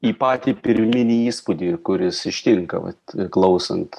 į patį pirminį įspūdį kuris ištinka vat klausant